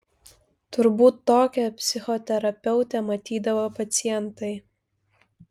turbūt tokią psichoterapeutę matydavo pacientai